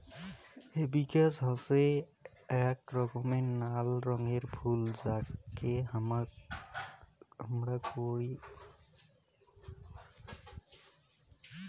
hibiscus হসে আক রকমের নাল রঙের ফুল যাকে হামরা জবা কোহি